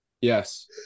Yes